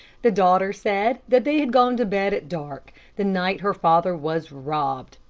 the daughter said that they had gone to bed at dark the night her father was robbed.